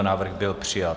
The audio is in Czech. Návrh byl přijat.